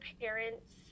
parents